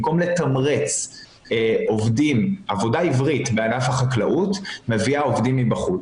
במקום לתמרץ עבודה עברית בענף החקלאות מביאה עובדים מבחוץ?